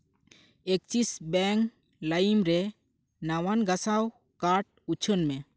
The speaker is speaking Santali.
ᱮᱠᱥᱤᱥ ᱵᱮᱝᱠ ᱞᱟᱭᱤᱢ ᱨᱮ ᱱᱟᱣᱟᱱ ᱜᱟᱥᱟᱣ ᱠᱟᱨᱰ ᱩᱪᱷᱟᱹᱱ ᱢᱮ